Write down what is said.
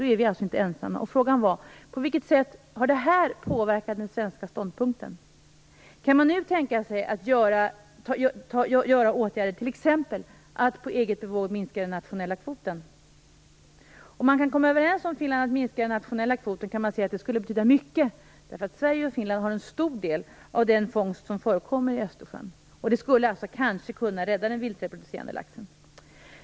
Då är vi alltså inte ensamma. Frågan var: På vilket sätt har det här påverkat den svenska ståndpunkten? Kan man nu tänka sig att vidta åtgärder, t.ex. att på eget bevåg minska den nationella kvoten? Om man kan komma överens med Finland om att minska den nationella kvoten skulle det betyda mycket, därför att Sverige och Finland har en stor del av den fångst som förekommer i Östersjön. Det skulle alltså kanske kunna rädda den vildreproducerande laxen.